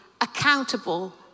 accountable